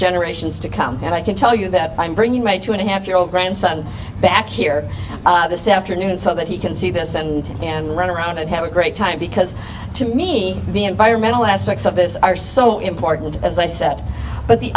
generations to come and i can tell you that i'm bringing my two and a half year old grandson back here this afternoon so that he can see this and and run around and have a great time because to me the environmental aspects of this are so important as i said but the